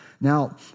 Now